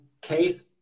case